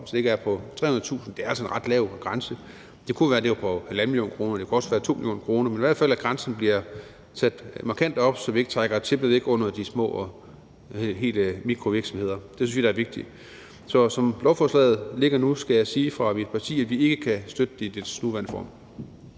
så den ikke er på 300.000 kr. – det er altså en ret lav grænse. Den kunne være på 1,5 mio. kr., den kunne også være på 2 mio. kr., men grænsen skal i hvert fald sættes markant op, så vi ikke trækker tæppet væk under de små mikrovirksomheder. Det synes jeg da er vigtigt. Sådan som lovforslaget ligger nu, skal jeg sige fra mit parti, at vi ikke kan støtte det, altså i dets nuværende form.